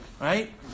right